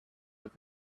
with